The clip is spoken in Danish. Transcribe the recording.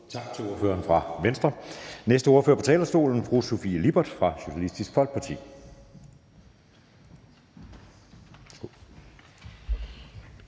Tak til ordføreren fra Venstre. Den næste ordfører på talerstolen er fru Sofie Lippert fra Socialistisk Folkeparti.